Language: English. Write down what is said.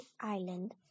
island